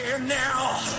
now